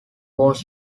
was